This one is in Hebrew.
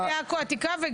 בעכו העתיקה.